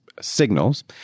Signals